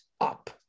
up